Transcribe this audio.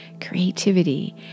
creativity